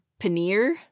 paneer